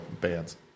bands